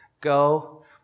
go